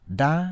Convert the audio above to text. da